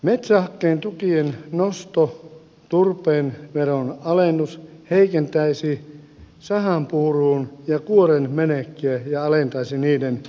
metsähakkeen tukien nosto ja turpeen veron alennus heikentäisi sahanpurun ja kuoren menekkiä ja alentaisi niiden hintaa